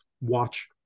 watch